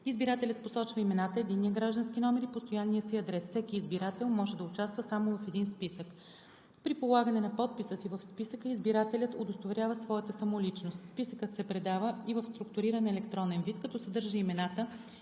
Избирателят посочва имената, единния граждански номер и постоянния си адрес. Всеки избирател може да участва само в един списък. При полагане на подписа си в списъка избирателят удостоверява своята самоличност. Списъкът се предава и в структуриран електронен вид, като съдържа имената,